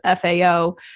FAO